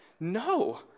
No